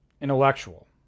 Intellectual